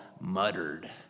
muttered